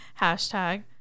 Hashtag